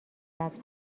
وزن